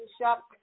shop